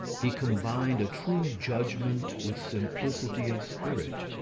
he combined a true judgment with simplicity of spirit,